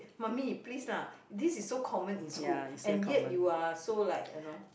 mummy please lah this is so common in school and yet you are so like you know